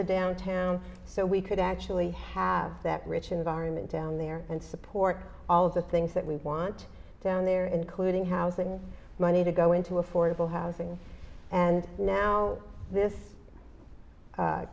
the downtown so we could actually have that rich environment down there and support all of the things that we want down there including housing money to go into affordable housing and now this